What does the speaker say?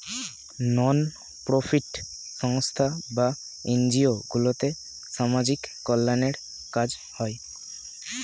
নন profit সংস্থা বা NGO গুলোতে সামাজিক কল্যাণের কাজ হয়